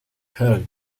held